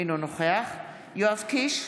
אינו נוכח יואב קיש,